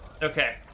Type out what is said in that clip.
okay